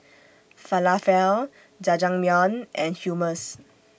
Falafel Jajangmyeon and Hummus